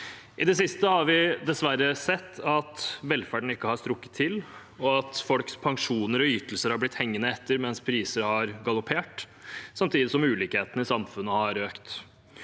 I det siste har vi dessverre sett at velferden ikke har strukket til, og at folks pensjoner og ytelser har blitt hengende etter mens priser har galoppert, samtidig som ulikhetene i samfunnet har økt.